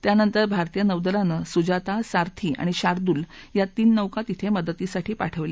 त्यानंतर भारतीय नौदलानं सुजाता सारथी आणि शार्दूल या तीन नौका तिथसिदतीसाठी पाठवल्या